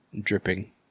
dripping